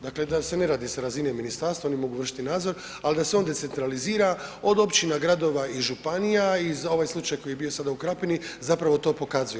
Dakle, da se ne radi s razine ministarstva, oni mogu vršiti nadzor, ali da se on decentralizira od općina, gradova i županija i za ovaj slučaj koji je bio sada u Krapini zapravo to pokazuje.